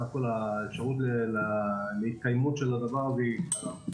בסך הכול האפשרות להתקיימות של הדבר הזה היא קטנה.